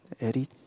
Eddie